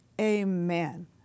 Amen